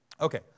Okay